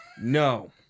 No